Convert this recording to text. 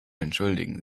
entschuldigen